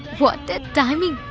what timing,